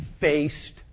faced